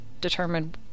determine